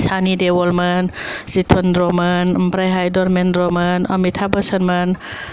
सानि देवलमोन जिथेन्द्रमोन ओमफ्रायहाय धोरमेन्द्रमोन आमिथाब बाच्चानमोन